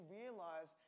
realize